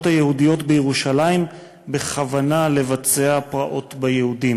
היהודיות בירושלים בכוונה לבצע פרעות ביהודים.